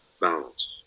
balance